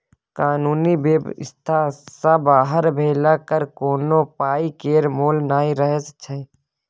कानुनी बेबस्था सँ बाहर भेला पर कोनो पाइ केर मोल नहि रहय छै